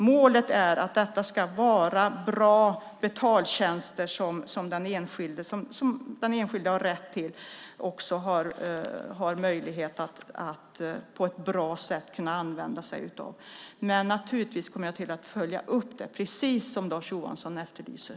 Målet är att det ska vara bra betaltjänster, som den enskilde har rätt till och ska kunna använda sig av på ett bra sätt. Naturligtvis kommer jag att följa upp det som Lars Johansson efterlyser.